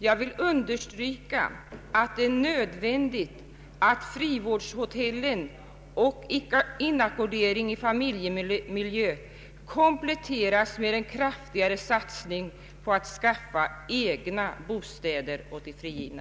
Jag vill understryka att det är nödvändigt att frivårdshotellen och inackordering i familjemiljö kompletteras med en kraftigare satsning på att skaffa egna bostäder åt de frigivna.